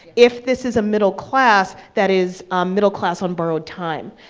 if this is a middle class that is a middle class on borrowed time.